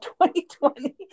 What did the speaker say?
2020